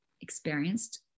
experienced